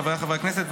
חבריי חברי הכנסת,